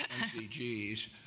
MCG's